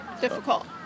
difficult